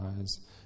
eyes